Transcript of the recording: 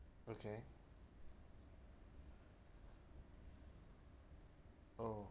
okay oh